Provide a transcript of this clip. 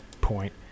point